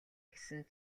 гэсэн